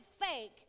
fake